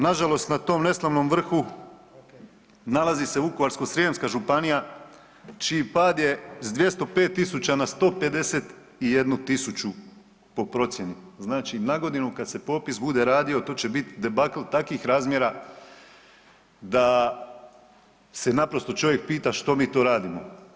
Nažalost na to neslavnom vrhu nalazi se Vukovarsko-srijemska županija čiji pad je s 205.000 na 151.000 po procjeni, znači nagodinu kada se popis bude radio to će biti debakl takvih razmjera da se naprosto čovjek pita što mi to radimo.